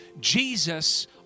Jesus